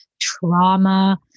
trauma